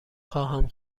خواهم